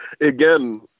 Again